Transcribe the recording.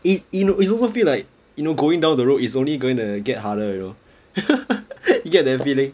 it it's also feel like you know going down the road it's only going to get harder you know you get that feeling